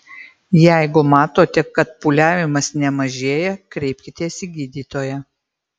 jeigu matote kad pūliavimas nemažėja kreipkitės į gydytoją